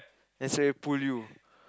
then straight away pull you